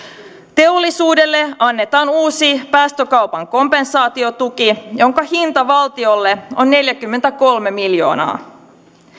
teollisuudelle annetaan uusi päästökaupan kompensaatiotuki jonka hinta valtiolle on neljäkymmentäkolme miljoonaa